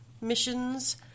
missions